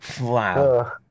wow